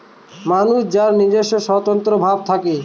মানুষ যার নিজস্ব স্বতন্ত্র ভাব থাকে